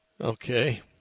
Okay